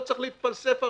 לא צריך להתפלסף הרבה.